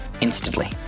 instantly